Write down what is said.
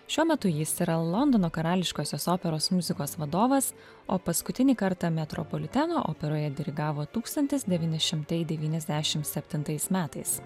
šiuo metu jis yra londono karališkosios operos muzikos vadovas o paskutinį kartą metropoliteno operoje dirigavo tūkstantis devyni šimtai devyniasdešim septintais metais